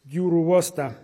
jūrų uostą